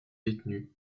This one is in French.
détenue